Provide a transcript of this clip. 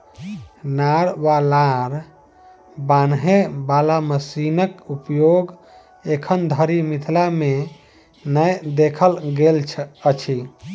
नार वा लार बान्हय बाला मशीनक उपयोग एखन धरि मिथिला मे नै देखल गेल अछि